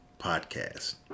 podcast